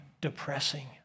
depressing